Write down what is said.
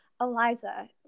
Eliza